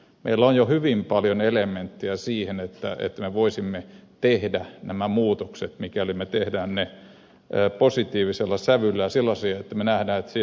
meillä on jo hyvin paljon elementtejä siihen että me voisimme tehdä nämä muutokset mikäli me teemme ne positiivisella sävyllä ja sellaisina että me näemme että siinä on mahdollisuuksia